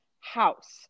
house